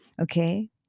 okay